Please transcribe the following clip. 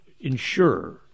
ensure